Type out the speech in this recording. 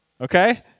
Okay